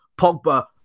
Pogba